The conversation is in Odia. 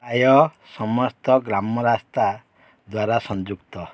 ପ୍ରାୟ ସମସ୍ତ ଗ୍ରାମ ରାସ୍ତା ଦ୍ୱାରା ସଂଯୁକ୍ତ